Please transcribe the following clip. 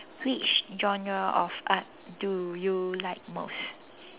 which genre of art do you like most